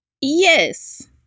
Yes